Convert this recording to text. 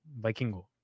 Vikingo